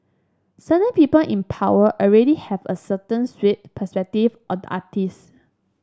certain people in power already have a certain skewed perspective on the artist